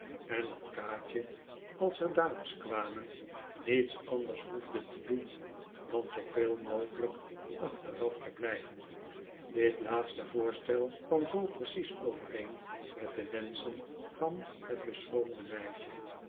en dat kaatje als er dames kwamen niets anders hoefde te doen dan zooveel mogelijk achteraf te blijven dit laatste voorstel kwam zoo precies overeen met de wenschen van het beschroomde meisje